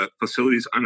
facilities